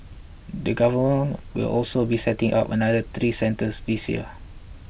the Government will also be setting up another three centres this year